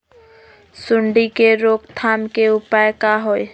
सूंडी के रोक थाम के उपाय का होई?